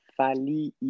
Fali